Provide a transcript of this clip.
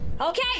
Okay